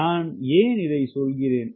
நான் ஏன் இதைச் சொல்கிறேன்